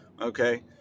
okay